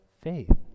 faith